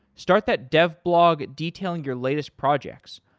start that dev blog detailing your latest projects.